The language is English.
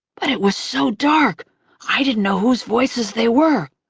but it was so dark i didn't know whose voices they were,